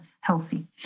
healthy